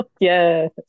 Yes